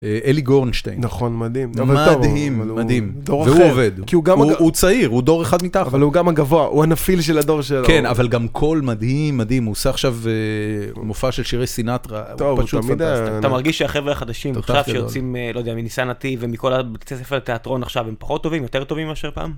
אלי גורנשטיין, נכון מדהים, מדהים מדהים, והוא עובד, הוא צעיר, הוא דור אחד מתחת והוא גם הגבוה, הוא הנפיל של הדור שלו, כן אבל גם קול מדהים מדהים, הוא עושה עכשיו מופע של שירי סינטרה, הוא פשוט פנטסט, אתה מרגיש שהחבר'ה החדשים עכשיו שיוצאים, לא יודע, מניסן נתיב ומכל תיאטרון עכשיו הם פחות טובים או יותר טובים מאשר פעם?